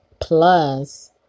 plus